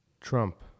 Trump